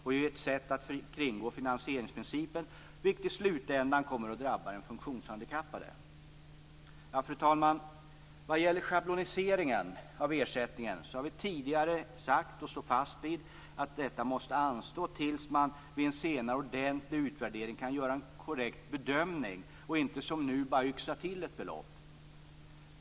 Det är ett sätt att kringgå finansieringsprincipen, vilket i slutändan kommer att drabba den funktionshandikappade. Fru talman! Vad gäller schabloniseringen av ersättningen har vi tidigare sagt och står fast vid att den måste anstå tills man vid en senare, ordentlig utvärdering kan göra en korrekt bedömning. Man skall inte som nu bara yxa till ett belopp.